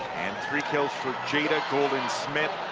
three kills with jada golden-smith.